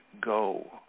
go